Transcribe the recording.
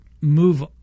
move